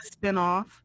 spinoff